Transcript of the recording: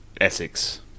Essex